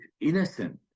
innocent